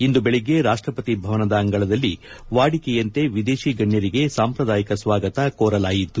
ಇಂದು ಬೆಳಗ್ಗೆ ರಾಷ್ಷಪತಿ ಭವನದ ಅಂಗಳದಲ್ಲಿ ವಾಡಿಕೆಯಂತೆ ವಿದೇಶಿ ಗಣ್ಣರಿಗೆ ಸಾಂಪ್ರದಾಯಿಕ ಸ್ವಾಗತ ಕೋರಲಾಯಿತು